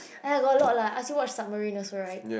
I've got a lot lah ask you watch submarine also right